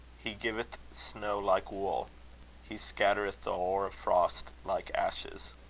he giveth snow like wool he scattereth the hoar frost like ashes.